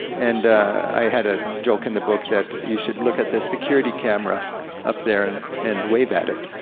and i had a joke in the book that you should look at the security camera up there and and wave at it,